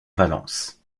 valence